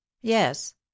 yes